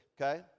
okay